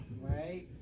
Right